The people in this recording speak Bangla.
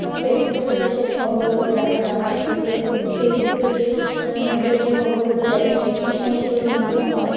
বা ফেসবুকের যেসব খবরগুলো দেখানো হয় ফেস ফেসবুকের যে মিডিয়ার যে খবরগুলো দেয় কিছু কিছু সময়ে সেগুলো মিথ্যা হয়